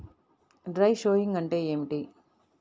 Dry sowing అంటే ఏమిటి?